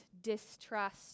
distrust